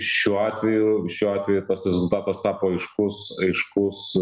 šiuo atveju šiuo atveju tas rezultatas tapo aiškus aiškus